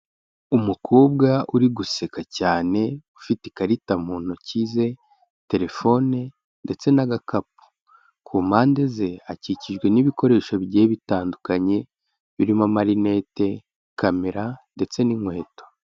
Umukobwa uri guseka cyane ufite ikarita mu ntoki ze, telefone, ndetse n'agakapu, ku mpande ze hakikijwe n'ibikoresho bigiye bitandukanye birimo amarinete, kamera, ndetse n'inkweto.